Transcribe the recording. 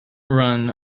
run